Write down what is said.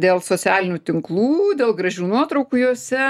dėl socialinių tinklų dėl gražių nuotraukų jose